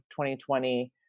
2020